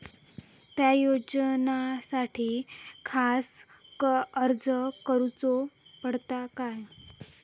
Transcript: त्या योजनासाठी खास अर्ज करूचो पडता काय?